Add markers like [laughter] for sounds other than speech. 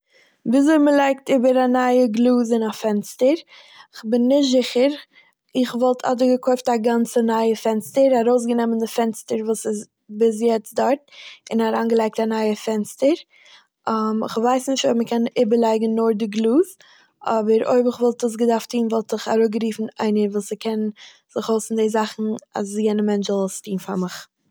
וויזוי מ'לייגט איבער א נייע גלאז אין א פענסטער. כ'בין נישט זיכער. איך וואלט אדער געקויפט א גאנצע נייע פענסטער, ארויסגענעמען די פענסטער וואס איז ביז יעצט דארט און אריינגעלייגט א נייע פענסטער, [hesitation] כ'ווייס נישט אויב מ'קען איבערנוצן נאר די גלאז, אבער אויב כ'וואלט עס געדארפט טוהן וואלט איך אראפגערופן איינער וואס ס'קען זיך אויס אין די זאכן אז יענע מענטש זאל עס טוהן פאר מיך.